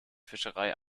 fischerei